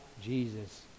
Jesus